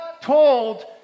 told